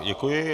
Děkuji.